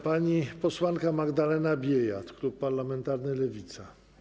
Pani posłanka Magdalena Biejat, klub parlamentarny Lewica.